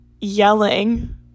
yelling